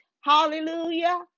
Hallelujah